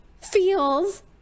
feels